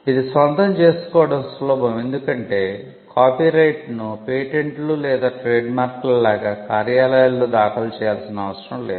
ఇది స్వంతం చేసుకోవడం సులభం ఎందుకంటే కాపీరైట్ను పేటెంట్ లు లేదా ట్రేడ్మార్క్ల లాగా కార్యాలయాలలో దాఖలు చేయాల్సిన అవసరం లేదు